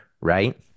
right